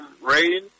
rain